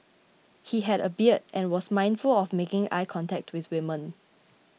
he had a beard and was mindful of making eye contact with women